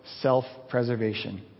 self-preservation